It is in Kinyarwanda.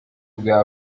bwa